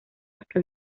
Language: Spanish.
hasta